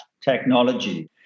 technology